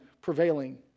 prevailing